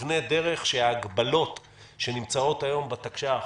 תבנה דרך שההגבלות שנמצאות היום בתקש"ח